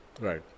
Right